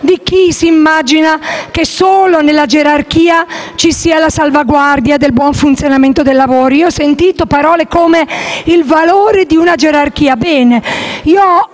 di chi immagina che solo nella gerarchia ci sia la salvaguardia del buon funzionamento del lavoro. Ho sentito parole che facevano riferimento al valore di una gerarchia. Bene,